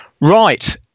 right